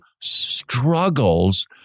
struggles